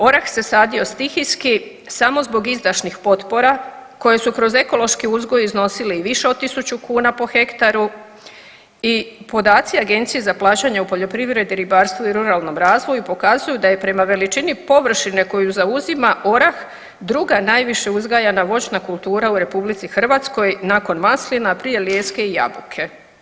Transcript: Orah se sadio stihijski samo zbog izdašnih potpora koje su kroz ekološki uzgoj iznosile i više od 1000 kuna po hektaru i podaci Agencije za plaćanje u poljoprivredi, ribarstvu i ruralnom razvoju pokazuju da je prema veličini površine koju zauzima orah druga najviše uzgajana voćna kultura u RH, nakon maslina, prije lijeske i jabuke.